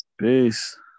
Peace